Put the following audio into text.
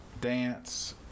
dance